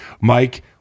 Mike